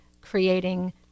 creating